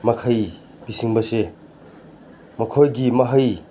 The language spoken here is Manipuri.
ꯃꯈꯩ ꯄꯤꯁꯤꯟꯕꯁꯦ ꯃꯈꯣꯏꯒꯤ ꯃꯍꯩ